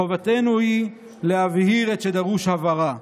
חובתנו היא להבהיר את שדרוש הבהרה.